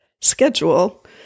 schedule